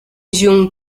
jung